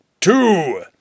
Two